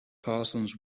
parsons